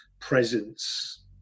presence